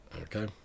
Okay